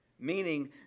meaning